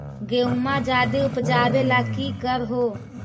गेहुमा ज्यादा उपजाबे ला की कर हो?